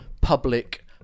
public